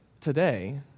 today